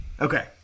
okay